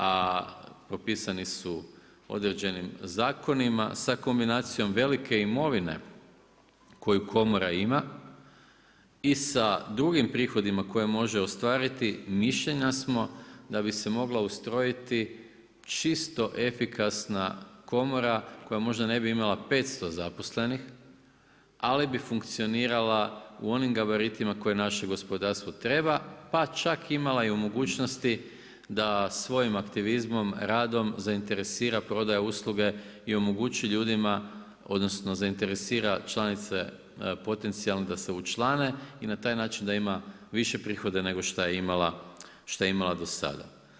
A propisani su određenim zakonima sa kombinacijom velike imovine koju Komora ima i sa drugim prihodima koje može ostvariti mišljenja smo da bi se mogla ustrojiti čisto efikasna Komora koja možda ne bi imala 500 zaposlenih ali bi funkcionirala u onim gabaritima koje naše gospodarstvo treba, pa čak imala i mogućnosti da svojim aktivizmom radom zainteresira prodaje i usluge i omogući ljudima, odnosno zainteresira članice potencijalne da se učlane i na taj način da ima više prihoda nego što je imala do sada.